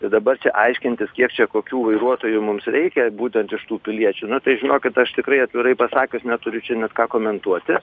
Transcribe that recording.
ir dabar čia aiškintis kiek čia kokių vairuotojų mums reikia būtent iš tų piliečių na tai žinokit aš tikrai atvirai pasakius neturiu čia net ką komentuoti